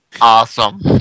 Awesome